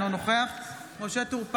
אינו נוכח משה טור פז,